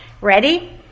Ready